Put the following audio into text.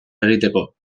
egiteko